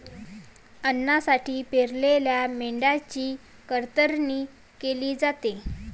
अन्नासाठी पाळलेल्या मेंढ्यांची कतरणी केली जाते